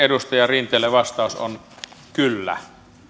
edustaja rinteelle vastaus on kyllä